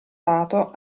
dato